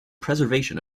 preservation